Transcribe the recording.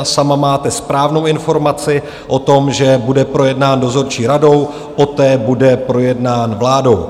Sama máte správnou informaci o tom, že bude projednán dozorčí radou, poté bude projednán vládou.